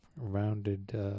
rounded